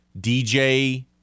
DJ